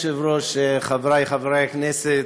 אדוני היושב-ראש, חברי חברי הכנסת,